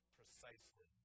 precisely